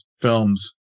films